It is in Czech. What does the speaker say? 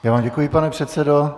Já vám děkuji, pane předsedo.